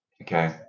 Okay